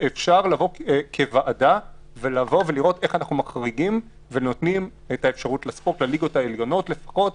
אפשר לבוא כוועדה ולראות איך אנחנו מחריגים את הליגות העליונות לפחות.